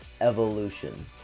evolution